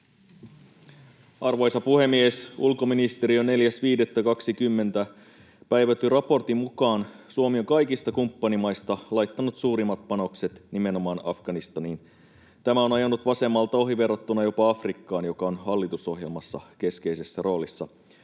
Arvoisa puhemies! Ulkoministeriön 4.5.2020 päivätyn raportin mukaan Suomi on kaikista kumppanimaista laittanut suurimmat panokset nimenomaan Afganistaniin. Tämä on ajanut vasemmalta ohi verrattuna jopa Afrikkaan, joka on hallitusohjelmassa keskeisessä roolissa.